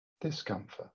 discomfort